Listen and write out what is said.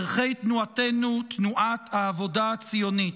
ערכי תנועתנו, תנועת העבודה הציונית,